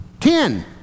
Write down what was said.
Ten